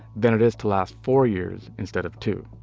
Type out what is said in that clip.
then it is to last four years instead of two.